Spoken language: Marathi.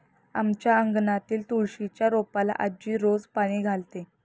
आमच्या अंगणातील तुळशीच्या रोपाला आजी रोज पाणी घालते